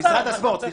סליחה,